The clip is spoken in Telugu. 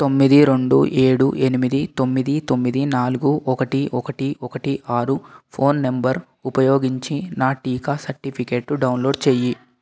తొమ్మిది రెండు ఏడు ఎనిమిది తొమ్మిది తొమ్మిది నాలుగు ఒకటి ఒకటి ఒకటి ఆరు ఫోన్ నంబర్ ఉపయోగించి నా టీకా సర్టిఫికేటు డౌన్లోడ్ చేయి